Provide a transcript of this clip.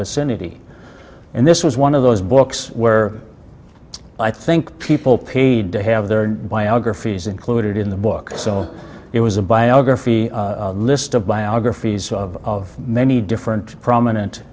vicinity and this was one of those books where i think people paid to have their biographies included in the book so it was a biography list of biographies of many different prominent